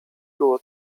było